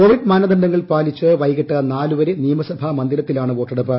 Covid മാനദണ്ഡങ്ങൾ പാലിച്ച് വൈകിട്ട് നാല് വർെ നിയമസഭാ മന്ദിരത്തിലാണ് വോട്ടെടുപ്പ്